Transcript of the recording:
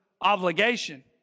obligation